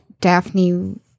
Daphne